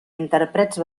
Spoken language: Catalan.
intèrprets